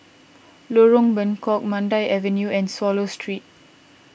Lorong Bengkok Mandai Avenue and Swallow Street